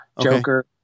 Joker